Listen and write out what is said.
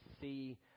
see